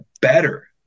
better